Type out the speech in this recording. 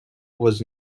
was